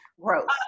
Gross